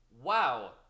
Wow